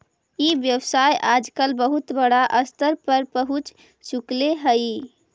ई व्यवसाय आजकल बहुत बड़ा स्तर पर पहुँच चुकले हइ